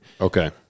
okay